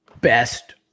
best